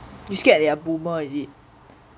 you scared they are boomer is it